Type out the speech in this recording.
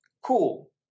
cool